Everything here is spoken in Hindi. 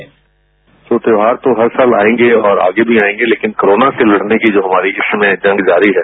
साउंड बाईट त्योहार तो हर साल आएंगे और आगे भी आएंगे लेकिन कोरोना से लड़ने की जो हमारी इस समय जंग जारी है